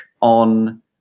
on